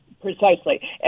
Precisely